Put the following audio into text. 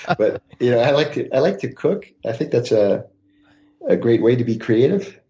ah but yeah like i like to cook. i think that's a ah great way to be creative.